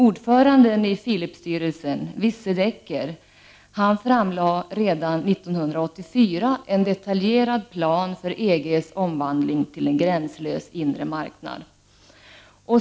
Ordföranden i Philipsstyrelsen, Visse Dekker, framlade redan 1984 en detaljerad plan för EG:s omvandling till en gränslös inre marknad.